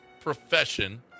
profession